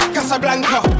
Casablanca